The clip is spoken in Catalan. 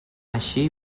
així